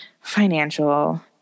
financial